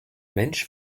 mensch